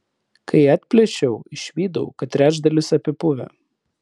kai atplėšiau išvydau kad trečdalis apipuvę